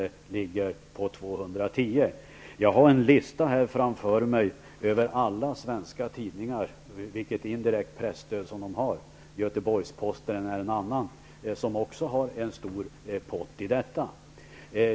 Jag har en lista över alla svenska tidningars indirekta presstöd. Göteborgs-Posten är en annan tidning som också har en stor pott här.